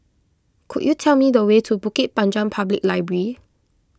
could you tell me the way to Bukit Panjang Public Library